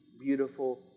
beautiful